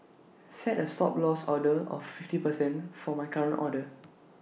set A Stop Loss order of fifty percent for my current order